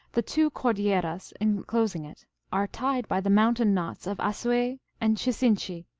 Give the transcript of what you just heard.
the two cordilleras inclosing it are tied by the mountain-knots of assuay and chisinchi,